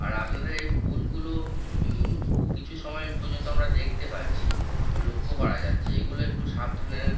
আর আপনাদের এই ভুলগুলো কিছু সময় পর্যন্ত আমরা দেখতে পাচ্ছি লক্ষ্য করা যাচ্ছে এগুলো একটু সাবধানে